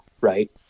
Right